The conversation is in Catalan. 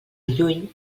lluny